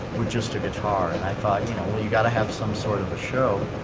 we're just a guitar and i thought you know, you got to have some sort of a show